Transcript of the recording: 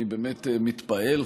אני באמת מתפעל,